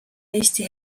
eesti